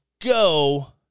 go